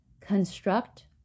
construct